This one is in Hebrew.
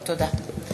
תודה.